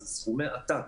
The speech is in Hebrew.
סכומי עתק.